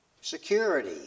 security